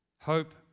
Hope